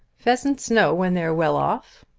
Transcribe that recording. pheasants know when they're well off.